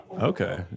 Okay